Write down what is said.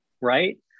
right